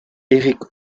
eric